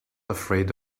afraid